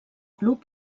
club